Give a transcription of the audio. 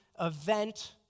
event